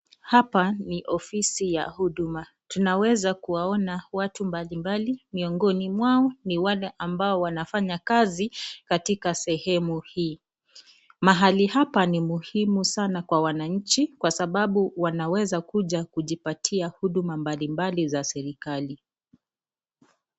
Hapa ni ofisi ya huduma, tunaweza kuwaona watu mbali mbali miongoni mwao ni wale wanafanya kazi katika sehemu hii. Mahali hapa ni muhimu sana kwa binadamu kwa sababu wanaweza kuja kujipatia huduma mbali mbali za serekali.